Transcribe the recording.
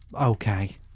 okay